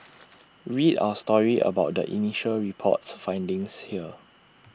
read our story about the initial report's findings here